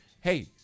Hey